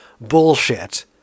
bullshit